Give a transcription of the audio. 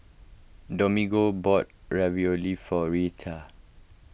Domingo bought Ravioli for Rheta